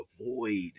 avoid